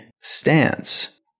stance